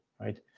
right